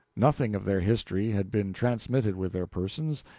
nothing of their history had been transmitted with their persons,